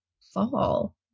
fall